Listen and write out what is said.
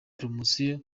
promosiyo